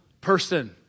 person